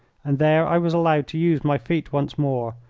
and there i was allowed to use my feet once more.